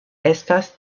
estas